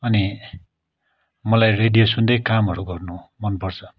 अनि मलाई रेडियो सुन्दै कामहरू गर्नु मनपर्छ